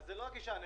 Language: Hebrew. זו לא הגישה הנכונה.